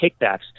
kickbacks